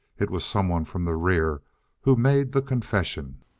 it was someone from the rear who made the confession.